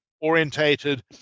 orientated